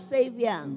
Savior